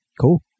Cool